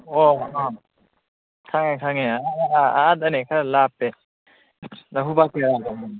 ꯑꯣ ꯑꯥ ꯈꯪꯉꯦ ꯈꯪꯉꯦ ꯑꯥ ꯑꯥ ꯑꯥꯗꯅꯦ ꯈꯔ ꯂꯥꯞꯄꯦ ꯂꯐꯨꯄꯥꯠ ꯇꯦꯔꯥꯗꯅꯦ